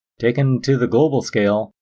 taken to the global scale,